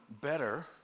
better